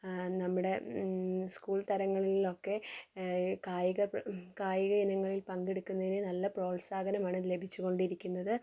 നമ്മുടെ സ്കൂൾ തലങ്ങളിലൊക്കെ കായിക കായിക ഇനങ്ങളിൽ പങ്കെടുക്കുന്നതിന് നല്ല പ്രോത്സാഹനമാണ് ലഭിച്ചുകൊണ്ടിരിക്കുന്നത്